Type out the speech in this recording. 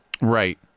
right